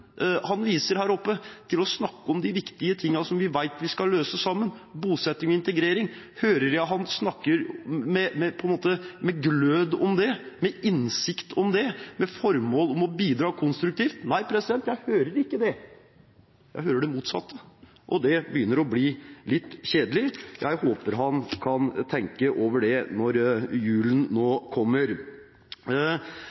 han viser her oppe, til å snakke om de viktige tingene som vi vet vi skal løse sammen: bosetting og integrering. Hører jeg ham snakke med glød om det, med innsikt om det, med formål om å bidra konstruktivt? Nei, jeg hører ikke det. Jeg hører det motsatte, og det begynner å bli litt kjedelig. Jeg håper han kan tenke over det når julen nå kommer.